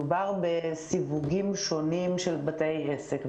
מדובר בסיווגים שונים של בתי עסק,